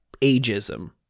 ageism